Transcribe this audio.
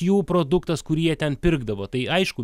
jų produktas kurį jie ten pirkdavo tai aišku